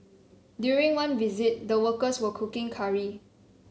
during one visit the workers were cooking curry